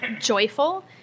joyful